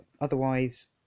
otherwise